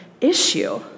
issue